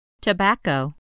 Tobacco